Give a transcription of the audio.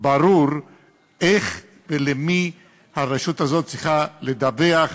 ברור איך ולמי הרשות הזאת צריכה לדווח,